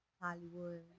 Hollywood